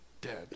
Dead